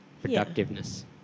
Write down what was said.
productiveness